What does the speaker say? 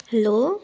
hello